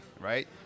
right